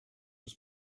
was